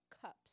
cups